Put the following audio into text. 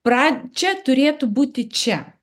pradžia turėtų būti čia